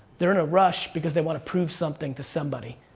they're in a rush because they wanna prove something to somebody.